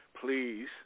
please